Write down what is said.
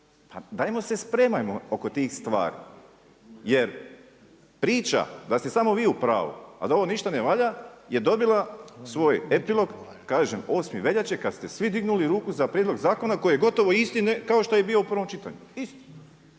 Pa dajmo se spremajmo oko tih stvari jer priča da ste samo vi u pravu, a da ovo ništa ne valja, je dobila svoj epilog kažem 8. veljače, kad ste svi dignuli ruku za prijedlog zakona koji je gotovo isti kao što je bio i u prvom čitanju, isti.